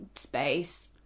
space